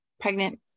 Pregnant